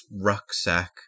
rucksack